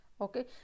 Okay